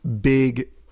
big